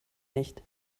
nicht